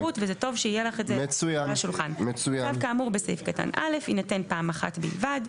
צו כאמור בסעיף קטן (א) יינתן פעם אחת בלבד,